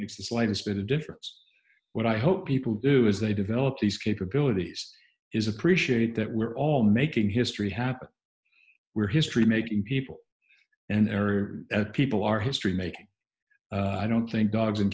of the slightest bit of difference what i hope people do is they develop these capabilities is appreciate that we're all making history happen we're history making people and there are people our history making i don't think dogs and